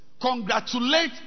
congratulate